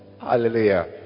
hallelujah